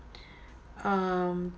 um